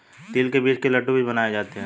तिल के बीज के लड्डू भी बनाए जाते हैं